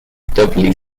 doubly